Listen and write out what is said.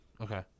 Okay